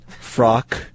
frock